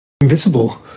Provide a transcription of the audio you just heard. invisible